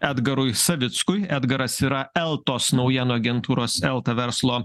edgarui savickui edgaras yra eltos naujienų agentūros elta verslo